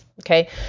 Okay